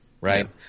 right